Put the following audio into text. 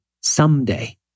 someday